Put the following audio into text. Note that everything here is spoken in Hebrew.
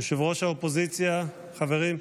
ראש האופוזיציה, חברים,